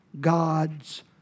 God's